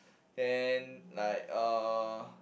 then like a